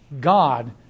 God